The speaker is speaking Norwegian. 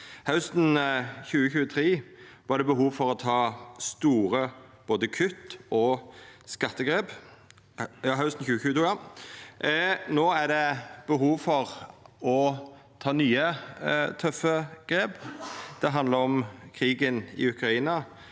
Hausten 2022 var det behov for å ta store kutt og skattegrep. No er det behov for å ta nye tøffe grep. Det handlar om krigen i Ukraina.